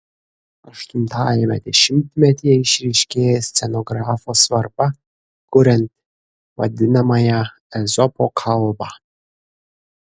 aštuntajame dešimtmetyje išryškėja scenografo svarba kuriant vadinamąją ezopo kalbą